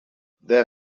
their